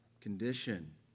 condition